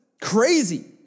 crazy